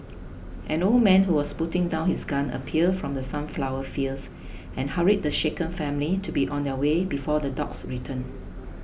an old man who was putting down his gun appeared from the sunflower fields and hurried the shaken family to be on their way before the dogs return